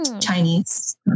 Chinese